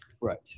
Right